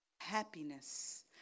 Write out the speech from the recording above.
happiness